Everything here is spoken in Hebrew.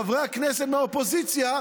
חברי הכנסת מהאופוזיציה,